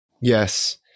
Yes